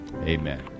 Amen